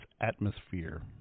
atmosphere